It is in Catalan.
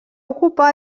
ocupar